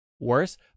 worse